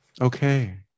Okay